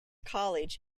college